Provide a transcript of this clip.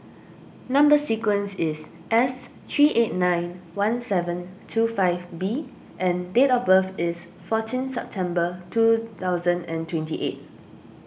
Number Sequence is S three eight nine one seven two five B and date of birth is fourteen September two thousand and twenty eight